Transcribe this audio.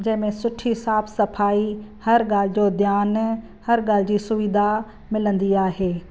जंहिंमें सुठी साफ़ सफाई हर ॻाल्हि जो ध्यानु हर ॻाल्हि जी सुविधा मिलंदी आहे